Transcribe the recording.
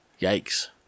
Yikes